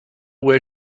where